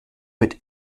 mit